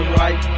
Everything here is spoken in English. right